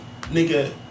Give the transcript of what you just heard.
nigga